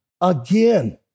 again